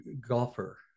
golfer